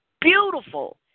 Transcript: beautiful